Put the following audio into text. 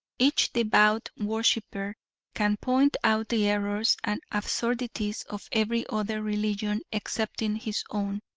each devout worshiper can point out the errors and absurdities of every other religion excepting his own.